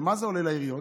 במה זה עולה לעיריות?